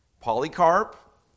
Polycarp